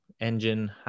engine